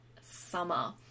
summer